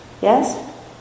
Yes